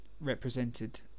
represented